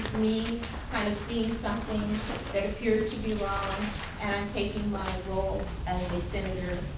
me kind of seeing something that appears to be wrong and i'm taking my role as a senator